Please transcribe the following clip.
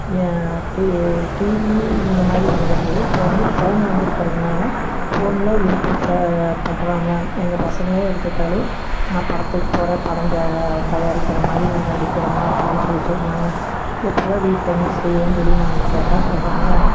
ஏ டி டிவி இந்த மாதிரி வந்திருந்தது இப்போது வந்து ஃபோன் வந்துருக்கிறதுனால ஃபோன்ல யூடியூப்ல பண்ணுறாங்க எங்கள் பசங்களே எடுத்துகிட்டாலும் நான் படத்துக்கு போகிறேன் படம் த தயாரிக்கிற மாதிரி நடிக்கிறேம்மா அப்படின்னு சொல்லி சொல்கிறாங்க எப்படிடா வீட்டில இருந்து செய்வன்னு சொல்லி நாங்கள் கேட்டால் சொல்கிறாங்க